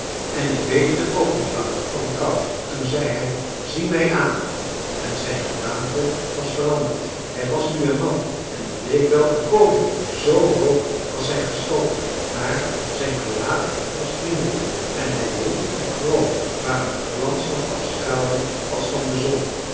en ik beefde ook niet langer van de kou toen zei hij zie mij aan en zijn gedaante was veranderd hij was nu een man en het leek wel een koning zoo hoog was zijn gestalte maar zijn gelaat was vriendelijk en hij droeg een kroon waar een glans van afstraalde als van de zon